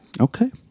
Okay